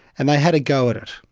and they had a go at it,